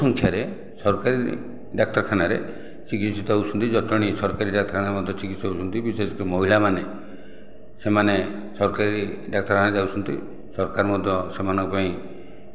ବହୁ ସଂଖ୍ୟାରେ ସରକାରୀ ଡାକ୍ତରଖାନାରେ ଚିକିତ୍ସିତ ହେଉଛନ୍ତି ଜଟଣୀ ସରକାରୀ ଡାକ୍ତରଖାନା ମଧ୍ୟରେ ବି ଚିକିତ୍ସିତ ହେଉଛନ୍ତି ବିଶେଷ କରି ମହିଳାମାନେ ସେମାନେ ସରକାରୀ ଡାକ୍ତରଖାନା ଯାଉଛନ୍ତି ସରକାର ମଧ୍ୟ ସେମାନଙ୍କ ପାଇଁ